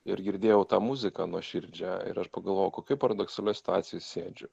ir girdėjau tą muziką nuoširdžią ir aš pagalvojau kokioj paradoksalioj situacijoj sėdžiu